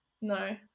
no